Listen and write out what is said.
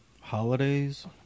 holidays